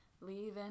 leaving